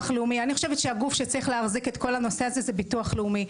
חושבת שהגוף שצריך להחזיק את כל הנושא הזה הוא הביטוח הלאומי.